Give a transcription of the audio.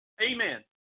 Amen